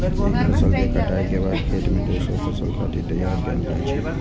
एक फसल के कटाइ के बाद खेत कें दोसर फसल खातिर तैयार कैल जाइ छै